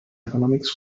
economics